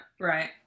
Right